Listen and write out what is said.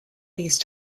these